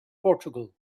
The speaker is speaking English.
portugal